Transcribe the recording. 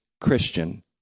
Christian